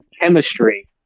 chemistry